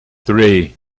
three